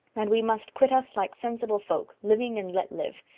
and we must quit us like sensible folk, living and let live.